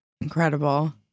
Incredible